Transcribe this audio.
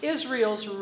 Israel's